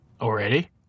Already